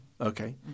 Okay